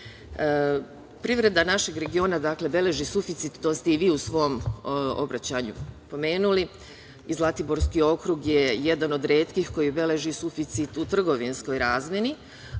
slično. Privreda našeg regiona beleži suficit, a to ste i vi u svom obraćanju pomenuli, i Zlatiborski okrug je jedan od retkih koji beleži suficit u trgovinskoj razmene,